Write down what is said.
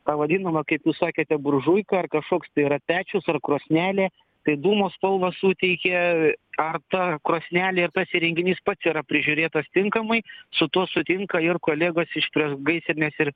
ta vadinama kaip jūs sakėte buržuika ar kažkoks tai yra pečius ar krosnelė tai dūmo spalvą suteikia ar ta krosnelė ir tas įrenginys pats yra prižiūrėtas tinkamai su tuo sutinka ir kolegos iš priešgaisrinės ir